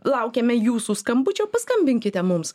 laukiame jūsų skambučio paskambinkite mums